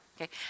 Okay